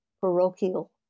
parochial